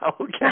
Okay